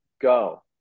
go